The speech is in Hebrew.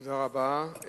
תודה רבה.